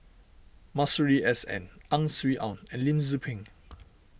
Masuri S N Ang Swee Aun and Lim Tze Peng